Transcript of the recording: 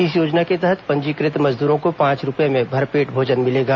इस योजना के तहत पंजीकृत मजदूरों को पांच रूपये में भरपेट भोजन मिलेगा